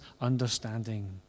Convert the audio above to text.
understanding